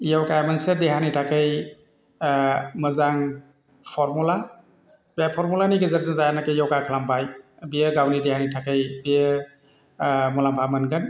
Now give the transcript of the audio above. योगाआ मोनसे देहानि थाखाय मोजां फरमुला बे फरमुलानि गेजेरजों जायहानाखि योगा खालामबाय बेयो गावनि देहानि थाखाय बियो मुलामफा मोनगोन